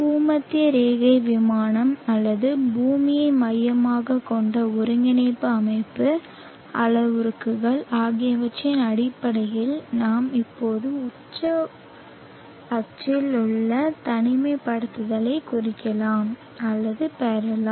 பூமத்திய ரேகை விமானம் அல்லது பூமியை மையமாகக் கொண்ட ஒருங்கிணைப்பு அமைப்பு அளவுருக்கள் ஆகியவற்றின் அடிப்படையில் நாம் இப்போது உச்ச அச்சில் உள்ள தனிமைப்படுத்தலைக் குறிக்கலாம் அல்லது பெறலாம்